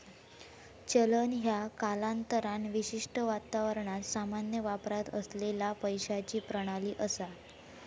चलन ह्या कालांतरान विशिष्ट वातावरणात सामान्य वापरात असलेला पैशाची प्रणाली असा